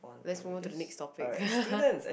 let's move to the next topic